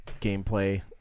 gameplay